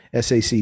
SAC